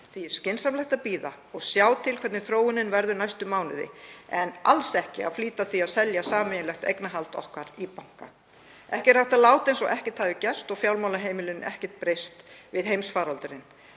er skynsamlegt að bíða og sjá til hvernig þróunin verður næstu mánuði en alls ekki að flýta því að selja sameiginlegt eignarhald okkar í banka. Ekki er hægt að láta eins og ekkert hafi gerst og fjármálaheimurinn ekkert breyst við heimsfaraldurinn.